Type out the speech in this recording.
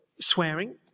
swearing